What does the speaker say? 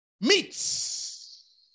meats